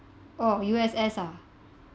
oh U_S_S ah